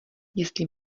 jestli